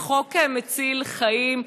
זה חוק מציל חיים,